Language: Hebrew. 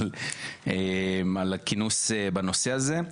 על הכינוס בנושא הזה.